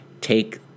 take